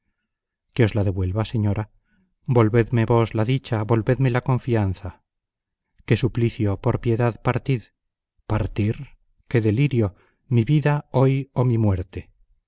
que os la devuelva señora volvedme vos la dicha volvedme la confianza qué suplicio por piedad partid partir qué delirio mi vida hoy o mi muerte